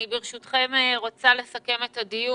ברשותכם, אני רוצה לסכם את הדיון.